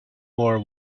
boer